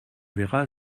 verra